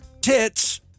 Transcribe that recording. tits